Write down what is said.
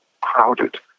crowded